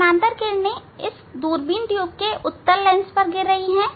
समानांतर किरणें इस दूरबीन ट्यूब के उत्तल लेंस पर गिर रही हैं